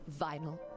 Vinyl